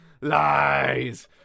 Lies